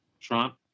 Trump